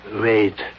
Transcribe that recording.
Wait